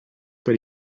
per